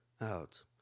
out